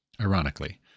ironically